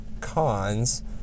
cons